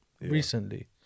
recently